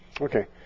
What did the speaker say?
Okay